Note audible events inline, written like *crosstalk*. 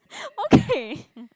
*laughs* okay